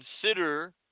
Consider